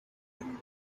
then